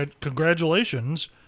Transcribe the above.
Congratulations